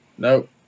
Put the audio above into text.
Nope